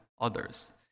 others